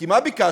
כי מה ביקשתי?